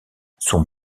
son